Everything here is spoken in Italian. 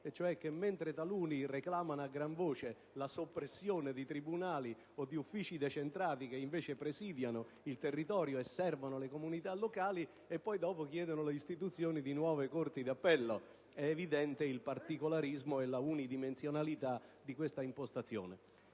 colto: mentre reclamano a gran voce la soppressione di tribunali o di uffici decentrati, che presidiano il territorio e servono le comunità locali, poi chiedono l'istituzione di nuove corti d'appello. È evidente il particolarismo e l'unidimensionalità di questa impostazione.